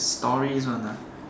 stories one ah